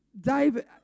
David